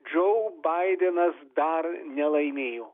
džo baidenas dar nelaimėjo